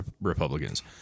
Republicans